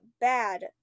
bad